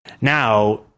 now